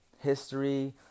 history